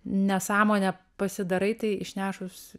nesąmonę pasidarai tai išnešus